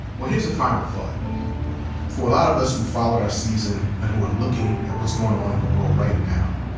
well, here's a final thought for a lot of us who followed our season and who are looking at what's going on in the world right now,